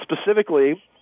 specifically